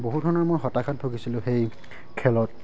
বহুত ধৰণৰ মই হতাশাত ভুগিছিলোঁ সেই খেলত